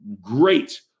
great